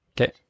Okay